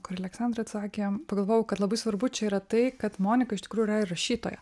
kur aleksandra atsakė pagalvojau kad labai svarbu čia yra tai kad monika iš tikrųjų yra ir rašytoja